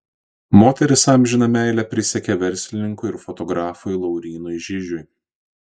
moteris amžiną meilę prisiekė verslininkui ir fotografui laurynui žižiui